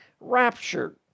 raptured